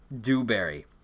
Dewberry